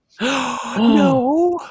No